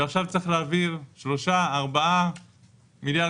ועכשיו צריך להעביר שלושה-ארבעה מיליארד